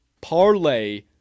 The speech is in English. parlay